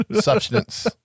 Substance